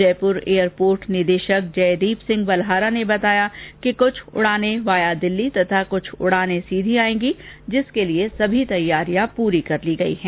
Jaipur airport निदेशक जयदीप सिंह बलहारा ने बताया कि कुछ उड़ाने वाया दिल्ली तथा कुछ उड़ानें सीघे आएगी जिसके लिए सभी तैयारियां पूरी कर ली गयी हैं